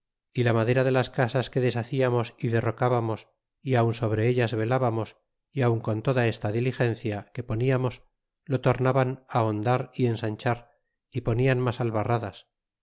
y la madera de las casas que deshacíamos y derrocbamos y aun sobre ellas velábamos y aun con toda esta diligencia que poníamos lo tornaban á houdar y ensanchar y ponian mas albarradas